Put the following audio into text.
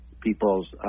people's